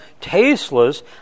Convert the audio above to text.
tasteless